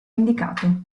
indicato